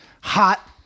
hot